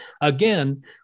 again